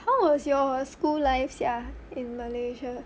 how was your school life sia in malaysia